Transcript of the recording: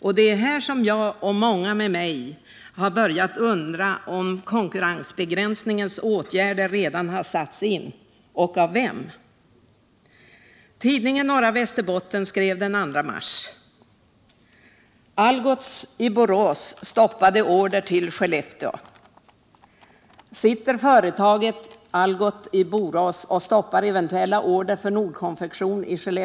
Det är på den punkten som jag och många med mig har börjat undra om konkurrensbegränsande åtgärder redan har satts in — och av vem.